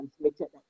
transmitted